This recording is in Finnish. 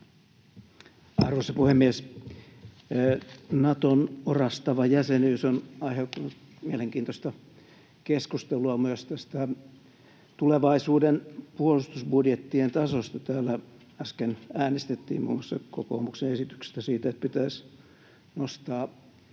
Arvoisa puhemies! Naton orastava jäsenyys on aiheuttanut mielenkiintoista keskustelua myös tulevaisuuden puolustusbudjettien tasosta. Täällä äsken äänestettiin muun muassa kokoomuksen esityksestä siitä, että pitäisi nostaa